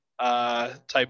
type